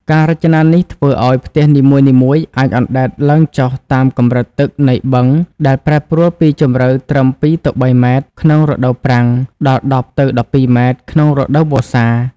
ការរចនានេះធ្វើឱ្យផ្ទះនីមួយៗអាចអណ្ដែតឡើងចុះតាមកម្រិតទឹកនៃបឹងដែលប្រែប្រួលពីជម្រៅត្រឹម ២ទៅ៣ ម៉ែត្រក្នុងរដូវប្រាំងដល់ ១០ទៅ១២ ម៉ែត្រក្នុងរដូវវស្សា។